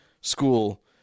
School